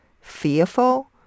fearful